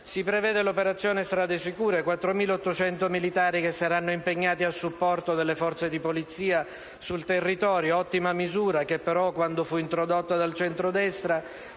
Si prevede poi l'operazione «Strade sicure», con 4.800 militari che saranno impegnati a supporto delle forze di polizia sul territorio: ottima misura che, però, quando fu introdotta dal centrodestra,